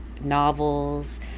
novels